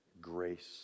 grace